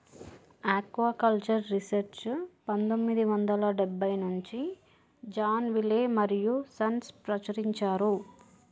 aquaculture research పందొమ్మిది వందల డెబ్బై నుంచి జాన్ విలే మరియూ సన్స్ ప్రచురించారు